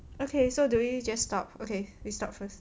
okay so do we just stop okay we stop first